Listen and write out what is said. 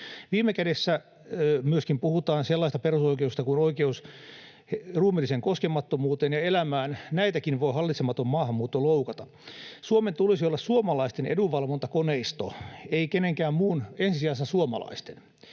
Viime kädessä myöskin puhutaan sellaisesta perusoikeudesta kuin oikeus ruumiilliseen koskemattomuuteen ja elämään, näitäkin voi hallitsematon maahanmuutto loukata. Suomen tulisi olla suomalaisten edunvalvontakoneisto, ei kenenkään muun — ensi sijassa suomalaisten.